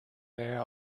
daher